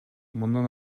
мындан